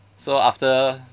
so after